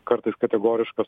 kartais kategoriškas